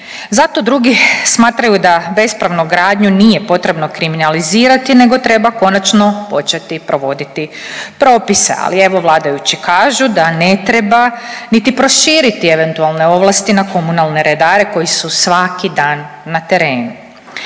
Zato drugi smatraju da bespravnu gradnju nije potrebno kriminalizirati nego treba konačno početi provoditi propise, ali evo vladajući kažu da ne treba niti proširiti eventualne ovlasti na komunalne redare koji su svaki dan na terenu.